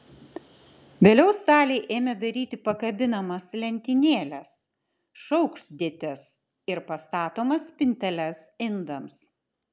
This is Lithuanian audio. vėliau staliai ėmė daryti pakabinamas lentynėles šaukštdėtes ir pastatomas spinteles indams